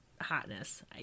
hotness